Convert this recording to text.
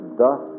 thus